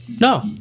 No